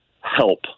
help